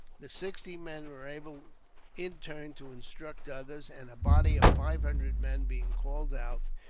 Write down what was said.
the sixty men were able in turn to instruct others and, a body of five hundred men being called out,